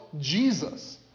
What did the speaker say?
Jesus